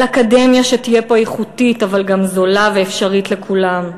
על אקדמיה שתהיה איכותית אבל גם זולה ואפשרית לכולם,